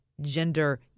gender